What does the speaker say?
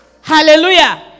Hallelujah